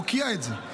מוקיע את זה,